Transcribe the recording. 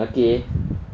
okay